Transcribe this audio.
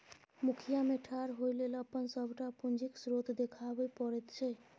मुखिया मे ठाढ़ होए लेल अपन सभटा पूंजीक स्रोत देखाबै पड़ैत छै